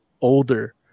older